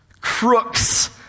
Crooks